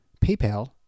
PayPal